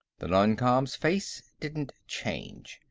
the non-com's face didn't change.